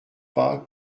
pas